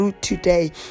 today